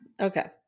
Okay